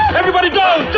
everybody go